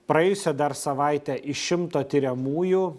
praėjusią savaitę iš šimto tiriamųjų